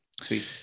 Sweet